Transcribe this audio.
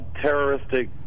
terroristic